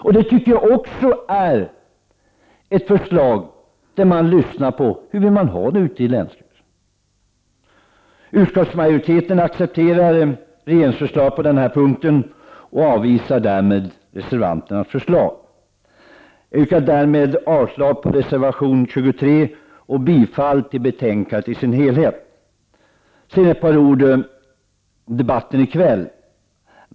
Vi lyssnar till hur man vill ha det ute i länen. Utskottsmajoriteten accepterar regeringsförslaget på denna punkt och avvisar därmed reservanternas förslag. Jag yrkar avslag på reservation 23 och bifall till utskottets hemställan i dess helhet. Sedan ett par ord om debatten i kväll.